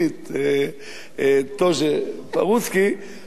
"טוז'ה פרוסקי" עדיף לא לדבר.